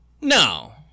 No